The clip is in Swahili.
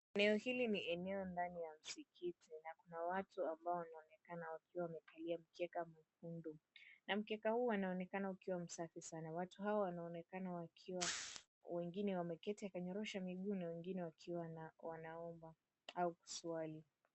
Eneo hili ni eneo ndani ya msikiti na kuna watu ambao wanaonekana wakiwa wamekalia mkeka mwekundu na mkeka huu unaonekana ukiwa ni msafi sana. Watu hawa wanaonekana wakiwa wengine wakanyorosha miguuu na wengine wakiwa wanaomba au kuswali.